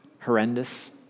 horrendous